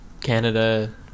canada